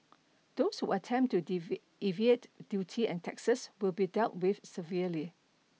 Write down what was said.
those who attempt to evade duty and taxes will be dealt with severely